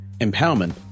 empowerment